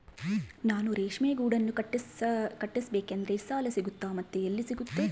ನಾನು ರೇಷ್ಮೆ ಗೂಡನ್ನು ಕಟ್ಟಿಸ್ಬೇಕಂದ್ರೆ ಸಾಲ ಸಿಗುತ್ತಾ ಮತ್ತೆ ಎಲ್ಲಿ ಸಿಗುತ್ತೆ?